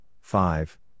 five